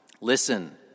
Listen